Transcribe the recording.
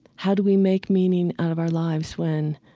how do we make meaning out of our lives when